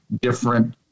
different